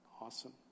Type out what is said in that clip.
Awesome